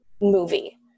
movie